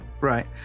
right